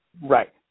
Right